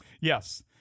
Yes